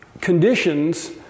conditions